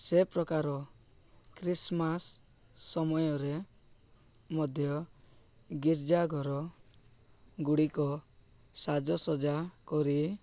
ସେ ପ୍ରକାର ଖ୍ରୀଷ୍ଟମାସ୍ ସମୟରେ ମଧ୍ୟ ଗିର୍ଜା ଘର ଗୁଡ଼ିକ ସାଜସଜା କରି